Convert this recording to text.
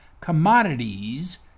commodities